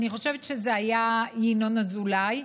אני חושבת שזה היה ינון אזולאי,